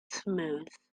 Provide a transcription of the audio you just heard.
smooth